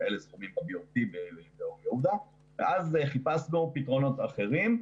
אז חיפשנו פתרונות אחרים.